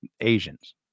Asians